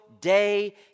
day